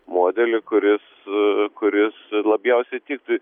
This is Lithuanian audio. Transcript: modelį kuris kuris labiausiai tiktų